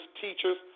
teachers